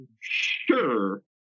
Sure